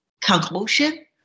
conclusion